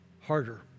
harder